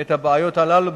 את הבעיות הללו.